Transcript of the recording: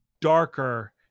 darker